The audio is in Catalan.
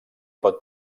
pot